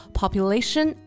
population